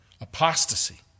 apostasy